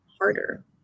harder